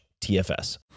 TFS